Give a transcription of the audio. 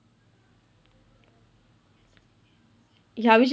ya which is